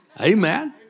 Amen